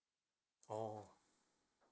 oh